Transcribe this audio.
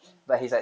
mm